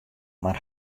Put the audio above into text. mar